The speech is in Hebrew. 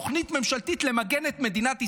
תוכנית ממשלתית למגן את מדינת ישראל.